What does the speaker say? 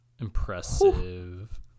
impressive